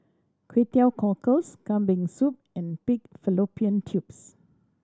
Kway Teow Cockles Kambing Soup and pig fallopian tubes